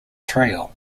trail